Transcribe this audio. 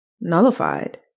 nullified